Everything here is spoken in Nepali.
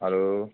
हेलो